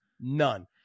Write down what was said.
none